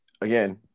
again